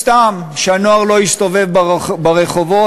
סתם שהנוער לא יסתובב ברחובות,